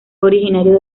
originario